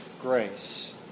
grace